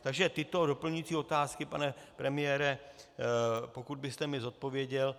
Takže tyto doplňující otázky, pane premiére, pokud byste mi zodpověděl.